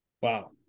Wow